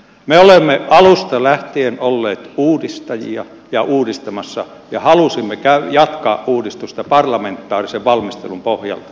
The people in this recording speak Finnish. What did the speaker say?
me olemme alusta lähtien olleet uudistajia ja uudistamassa ja halusimme jatkaa uudistusta parlamentaarisen valmistelun pohjalta